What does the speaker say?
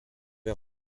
les